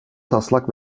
taslak